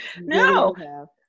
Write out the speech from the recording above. No